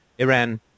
Iran